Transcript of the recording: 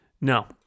No